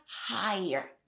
higher